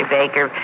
Baker